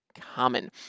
Common